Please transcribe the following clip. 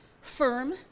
firm